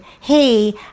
Hey